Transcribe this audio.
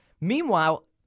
Meanwhile